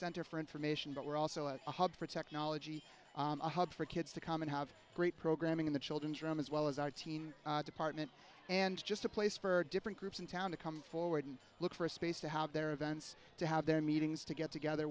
center for and for me but we're also a hub for technology a hub for kids to come and have great programming in the children's room as well as our team department and just a place for different groups in town to come forward and look for a space to haue their events to have their meetings to get together